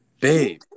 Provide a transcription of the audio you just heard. babe